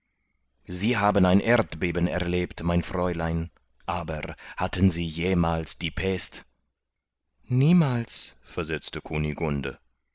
sie haben ein erdbeben erlebt mein fräulein aber hatten sie jemals die pest niemals versetzte kunigunde